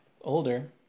older